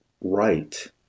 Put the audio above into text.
right